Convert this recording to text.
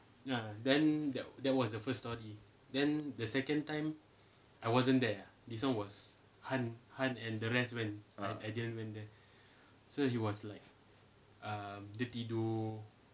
ah